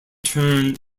turn